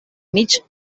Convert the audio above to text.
mig